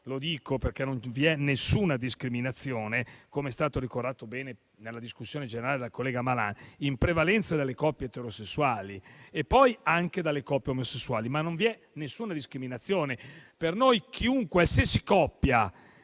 lo dico perché non vi è alcuna discriminazione, come è stato ricordato bene nella discussione generale dal collega Malan - in prevalenza delle coppie eterosessuali e poi anche delle coppie omosessuali, ma non vi è alcuna discriminazione: per noi qualsiasi sia la coppia